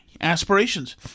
aspirations